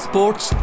Sports